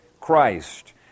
Christ